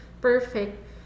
perfect